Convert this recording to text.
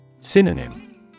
Synonym